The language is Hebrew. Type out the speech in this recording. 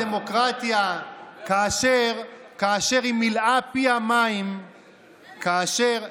קץ הדמוקרטיה, כאשר היא מילאה פיה מים כאשר,